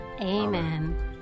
Amen